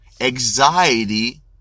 Anxiety